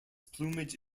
plumage